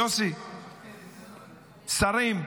יוסי, שרים,